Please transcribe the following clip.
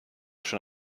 schon